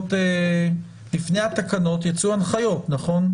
לפני התקנות יצאו הנחיות, נכון?